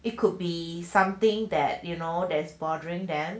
it could be something that you know there's bothering them